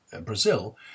Brazil